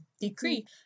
decree